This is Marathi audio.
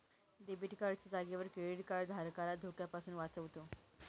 डेबिट कार्ड च्या जागेवर क्रेडीट कार्ड धारकाला धोक्यापासून वाचवतो